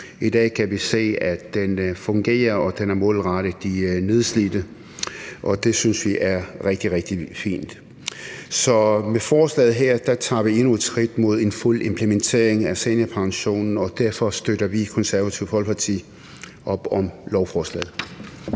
I dag kan vi se, at den fungerer, og at den er målrettet de nedslidte, og det synes vi er rigtig, rigtig fint. Så med forslaget her tager vi endnu et skridt mod en fuld implementering af seniorpensionen, og derfor støtter vi i Det Konservative Folkeparti op om lovforslaget.